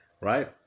right